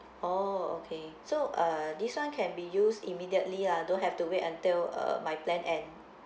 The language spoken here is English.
oh okay so uh this one can be used immediately lah don't have to wait until uh my plan end